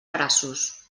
braços